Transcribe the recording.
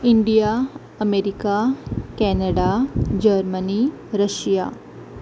India America Canada Germany Russia